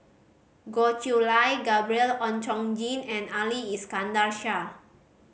Goh Chiew Lye Gabriel Oon Chong Jin and Ali Iskandar Shah